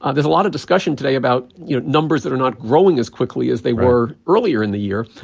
ah there's a lot of discussion today about you know numbers that are not growing as quickly as they were earlier in the year,